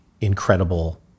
incredible